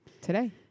today